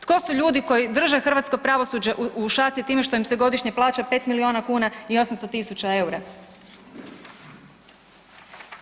Tko su ljudi koji drže hrvatsko pravosuđe u šaci time što im se godišnje plaća 5 miliona kuna i 800.000 EUR-a?